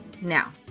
Now